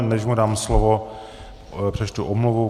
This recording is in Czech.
Než mu dám slovo, přečtu omluvu.